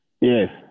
Yes